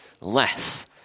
less